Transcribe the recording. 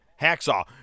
Hacksaw